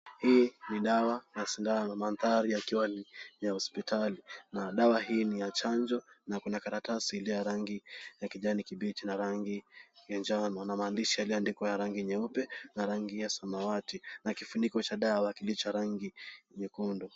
Hii ni dawa na sindano. Mandhari yakiwa ni ya hospitali na dawa hii ni ya chanjo. Kwenye karatasi ile ya rangi ya kijani kibichi na rangi ya njano na maandishi yaliyoandikwa ya rangi nyeupe na rangi ya samawati na kifuniko cha dawa kilicho rangi nyekundu.